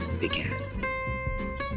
began